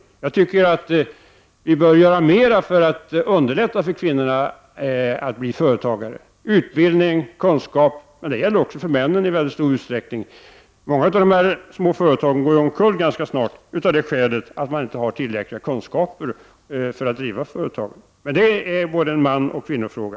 Jag tycker att vi bör göra mer för att underlätta för kvinnorna att bli företagare, genom att ge utbildning och kunskaper av olika slag — men detta gäller i mycket stor utsträckning även männen. Många av de små företagen går omkull ganska snart på grund av att företagarna inte har tillräckliga kunskaper för att driva företag, och detta är både en mansoch en kvinnofråga.